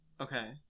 Okay